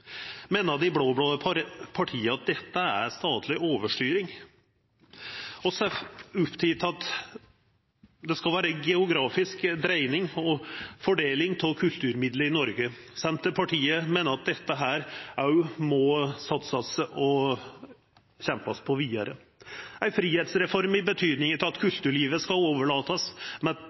Meiner dei blå-blå partia at dette er statleg overstyring? Vi er opptekne av at det skal vera ei geografisk dreiing og fordeling av kulturmidlar i Noreg. Senterpartiet meiner at dette òg må satsast på og kjempast for vidare. Ei fridomsreform i betydning av at kulturlivet skal overlatast